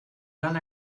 van